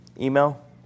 Email